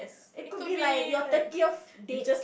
it could be like your thirtieth date